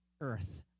earth